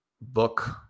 book